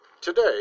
Today